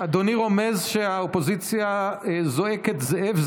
אדוני רומז שהאופוזיציה זועקת "זאב,